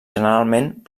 generalment